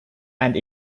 and